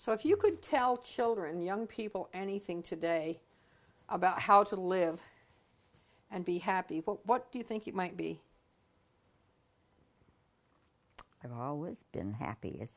so if you could tell children young people anything today about how to live and be happy what do you think it might be i've always been happy